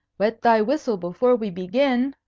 wet thy whistle before we begin,